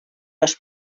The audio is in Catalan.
les